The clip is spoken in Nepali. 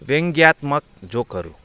व्यङ्ग्यात्मक जोकहरू